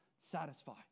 satisfy